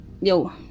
yo